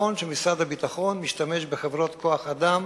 נכון שמשרד הביטחון משתמש בחברות כוח-אדם,